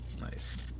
Nice